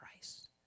Christ